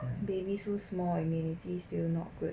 baby so small immunity still not good